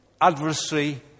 adversary